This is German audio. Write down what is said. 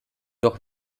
doch